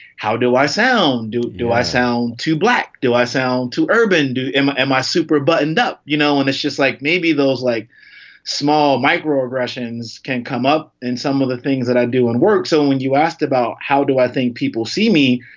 how do i sound? do do i sound too black? do i sound to urban? do. am am i super buttoned up? you know, and it's just like maybe those like small micro-aggressions can come up in some of the things that i do on work so when you asked about how do i think people see me,